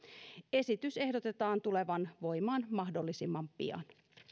esityksen ehdotetaan tulevan voimaan mahdollisimman pian